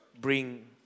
bring